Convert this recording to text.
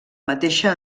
mateixa